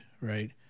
right